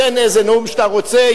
תן איזה נאום שאתה רוצה,